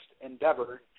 endeavor